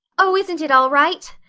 oh, isn't it all right?